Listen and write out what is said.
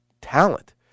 talent